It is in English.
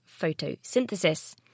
photosynthesis